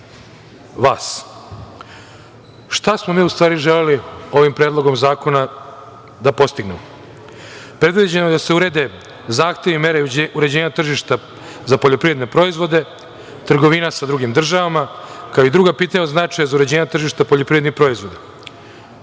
odgovor. Šta smo mi u stvari želeli ovim Predlogom zakona da postignemo? Predviđeno je da se urede zahtevi i mere uređenja tržišta za poljoprivredne proizvode, trgovina sa drugim državama, kao i druga pitanja od značaja za uređenje tržišta poljoprivrednih proizvoda. Ovaj